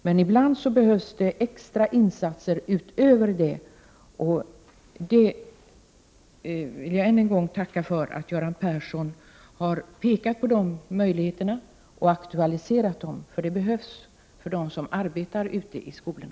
Men ibland behövs det extra insatser utöver detta, och jag vill än en gång tacka för att Göran Persson har pekat på möjligheterna till dem och aktualiserat dem, eftersom de behövs för dem som arbetar i skolorna.